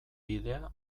bidea